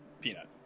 Peanut